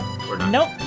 nope